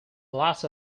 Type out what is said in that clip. lots